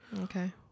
Okay